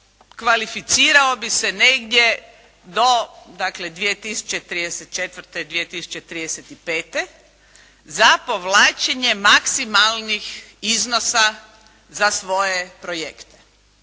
kvalificirao bi se negdje do dakle 2034.-2035. za povlačenje maksimalnih iznosa za svoje projekte.